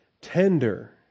tender